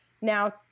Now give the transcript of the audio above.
now